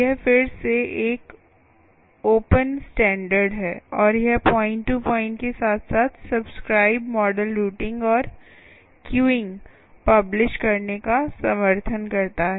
यह फिर से एक ओपन स्टैण्डर्ड है और यह पॉइंट टू पॉइंट के साथ साथ सब्सक्राइब मॉडल रूटिंग और क्यूइंग पब्लिश करने का समर्थन करता है